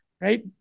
right